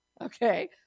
okay